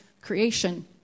creation